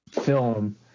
film